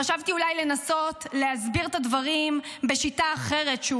חשבתי אולי לנסות להסביר את הדברים בשיטה אחרת,